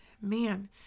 Man